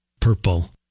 Purple